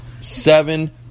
seven